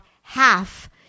half